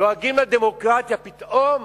דואגים לדמוקרטיה פתאום?